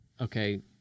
okay